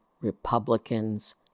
Republicans